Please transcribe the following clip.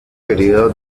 período